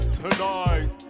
tonight